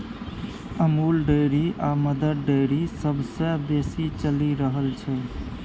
Amul dairy आ Mother Dairy सबसँ बेसी चलि रहल छै